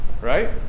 right